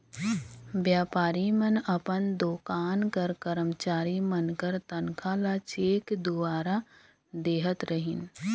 बयपारी मन अपन दोकान कर करमचारी मन कर तनखा ल चेक दुवारा देहत रहिन